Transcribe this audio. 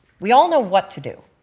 we all know what to do